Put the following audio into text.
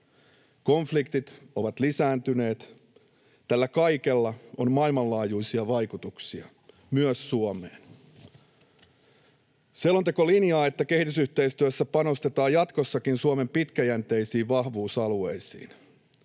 Konfliktit ovat lisääntyneet. Tällä kaikella on maailmanlaajuisia vaikutuksia, myös Suomeen. Selonteko linjaa, että kehitysyhteistyössä panostetaan jatkossakin Suomen pitkäjänteisiin vahvuusalueisiin.